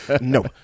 No